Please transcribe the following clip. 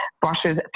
brushes